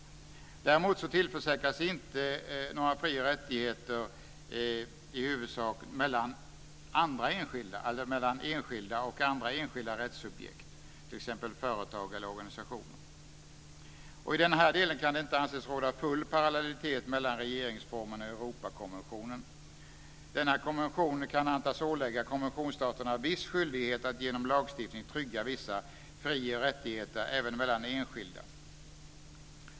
Däremot tillförsäkras enskilda inte några fri och rättigheter i förhållande till andra enskilda eller enskilda rättssubjekt, t.ex. företag eller organisationer. I denna del kan det inte anses råda full parallellitet mellan regeringsformen och Europakonventionen. Denna konvention kan antas ålägga konventionsstaterna viss skyldighet att genom lagstiftning trygga vissa fri och rättigheter även mellan enskilda.